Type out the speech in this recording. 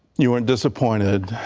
un disappointed.